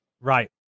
Right